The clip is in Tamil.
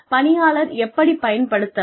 பணியாளர் எப்படிப் பயன்படுத்தலாம்